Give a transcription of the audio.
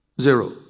Zero